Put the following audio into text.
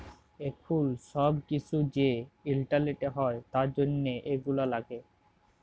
এখুল সব কিসু যে ইন্টারলেটে হ্যয় তার জনহ এগুলা লাগে